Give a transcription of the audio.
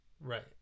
right